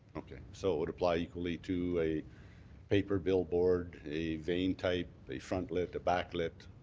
okay. so it would apply equally to a paper billboard, a vein type, a front lift, a back lift,